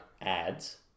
ads